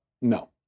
no